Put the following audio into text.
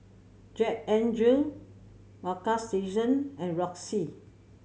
Jack N Jill Bagstationz and Roxy